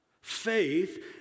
Faith